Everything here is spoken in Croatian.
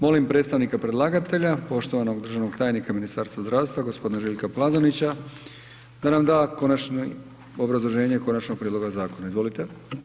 Molim predstavnika predlagatelja poštovanog državnog tajnika Ministarstva zdravstva g. Željka Plazonića da nam da konačni, obrazloženje Konačnog prijedloga zakona, izvolite.